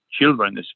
children